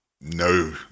no